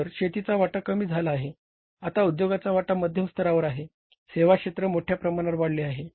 तर शेतीचा वाटा कमी झाला आहे आता उद्योगाचा वाटा मध्यम स्तरावर आहे सेवा क्षेत्र मोठ्या प्रमाणात वाढले आहे